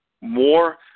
more